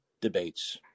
debates